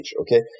Okay